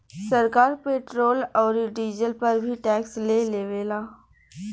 सरकार पेट्रोल औरी डीजल पर भी टैक्स ले लेवेला